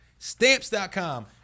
stamps.com